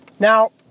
Now